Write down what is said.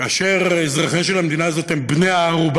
כאשר אזרחיה של המדינה הזאת הם בני-ערובה